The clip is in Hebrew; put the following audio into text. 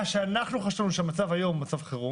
שאנחנו חשבנו שהמצב היום הוא מצב חירום,